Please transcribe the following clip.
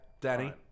Danny